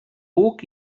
buc